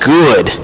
good